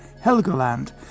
Helgoland